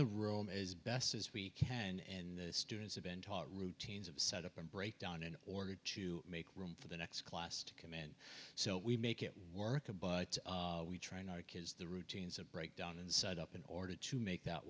the room as best as we can and students have been taught routines of set up and break down in order to make room for the next class to command so we make it work a but we train our kids the routines that break down and set up in order to make that